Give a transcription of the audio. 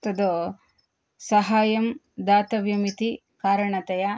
तद् साहाय्यं दातव्यम् इति कारणतया